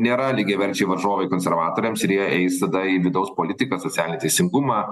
nėra lygiaverčiai varžovai konservatoriams ir jie eis tada į vidaus politiką socialinį teisingumą